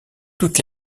toutes